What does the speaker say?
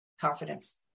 confidence